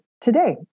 today